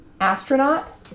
astronaut